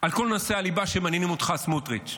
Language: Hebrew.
על כל נושאי הליבה שמעניינים אותך, סמוטריץ'.